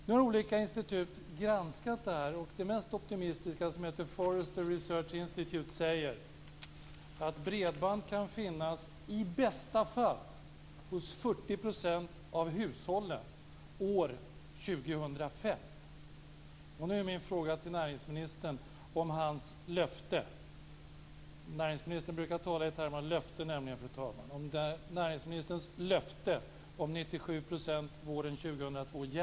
Nu har olika institut granskat det här, och det mest optimistiska, som heter Forrester Research Insititute, säger att bredband kan finnas - i bästa fall - hos 40 % av hushållen år 2005. Nu är min fråga till näringsministern om hans löfte, näringsministern brukar nämligen tala i termer av löften fru talman, om